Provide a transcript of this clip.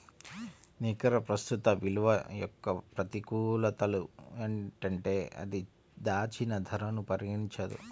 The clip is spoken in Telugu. నికర ప్రస్తుత విలువ యొక్క ప్రతికూలతలు ఏంటంటే అది దాచిన ధరను పరిగణించదు